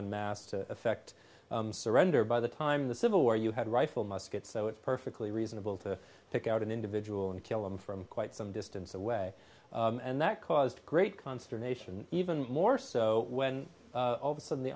on mass to effect surrender by the time the civil war you had rifle muskets so it's perfectly reasonable to take out an individual and kill them from quite some distance away and that caused great consternation even more so when all of a sudden the